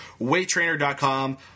Weighttrainer.com